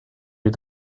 les